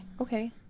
Okay